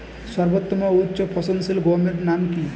সর্বোত্তম ও উচ্চ ফলনশীল গমের নাম কি?